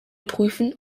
prüfen